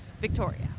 Victoria